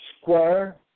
square